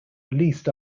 released